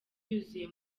yuzuye